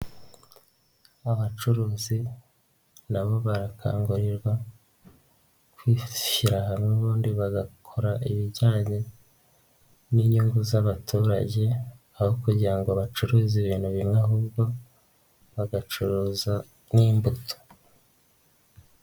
Abacuruzi nabo barakangurirwa kwishyira hamwe ubundi bagakora ibijyanye n'inyungu z'abaturage aho kugira ngo bacuruze ibintu bimwe ahubwo bagacuruza nk'imbuto.